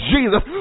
Jesus